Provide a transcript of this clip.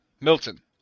milton